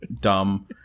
dumb